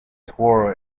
tour